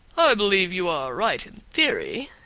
i believe you are right in theory,